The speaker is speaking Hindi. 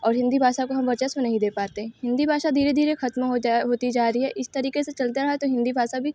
और हिन्दी भाषा को हम वर्चस्व नहीं दे पाते हिन्दी भाषा धीरे धीरे ख़त्म हो जा होती जा रही है इस तरीक़े से चलता रहा तो हिन्दी भाषा भी